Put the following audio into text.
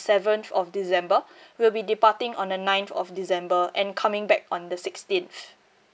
seventh of december we'll be departing on the ninth of december and coming back on the sixteenth